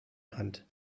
hand